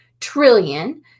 trillion